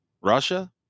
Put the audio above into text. russia